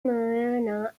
marina